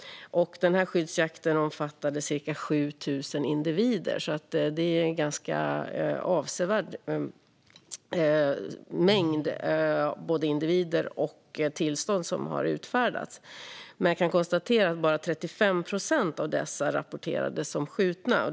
Denna skyddsjakt omfattade ca 7 000 individer. Både antalet individer och antalet utfärdade tillstånd är alltså ganska avsevärt. Jag kan dock konstatera att bara 35 procent av dessa individer rapporterades som skjutna.